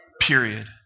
Period